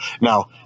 Now